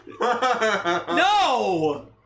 No